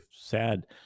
sad